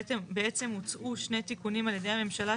בעצם הוצאו שני תיקונים על ידי הממשלה,